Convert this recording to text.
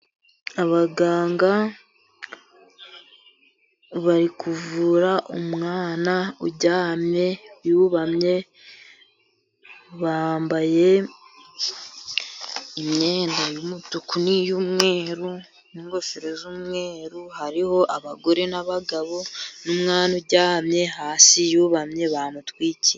Abaganga bari kuvura umwana uryamye yubamye, bambaye imyenda y'umutuku niy'umweru, n'ingofero z'umweru, hariho abagore n'abagabo n'mwana uryamye hasi yubamye, bamutwikiriye.